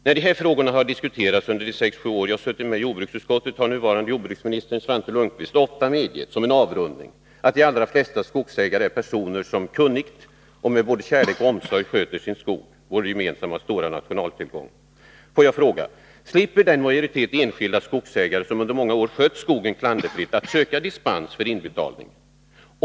Jag har suttit med i jordbruksutskottet sex sju år, och när frågor av detta slag har diskuterats har nuvarande jordbruksminister Svante Lundkvist ofta medgett, som en avrundning, att de allra flesta skogsägare är kunniga personer som med både kärlek och omsorg sköter sin skog — vår stora gemensamma nationaltillgång. Får jag fråga: Slipper majoriteten enskilda skogsägare, som under många år har skött sin skog klanderfritt, ansöka om dispens för inbetalning?